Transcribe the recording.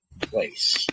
place